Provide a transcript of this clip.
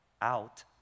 out